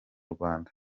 rwanda